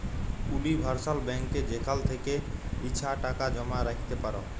universal ব্যাংকে যেখাল থ্যাকে ইছা টাকা জমা রাইখতে পার